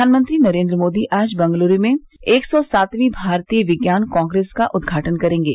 प्रधानमंत्री नरेन्द्र मोदी आज बेंगलुरू में एक सौ सातवीं भारतीय विज्ञान कांग्रेस का उदघाटन करेंगे